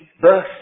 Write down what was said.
birth